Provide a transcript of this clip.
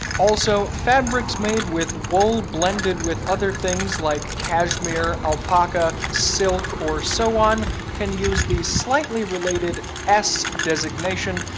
also, fabrics made with wool blended with other things like cashmere, alpaca, silk, or so on can use the slightly related s designation,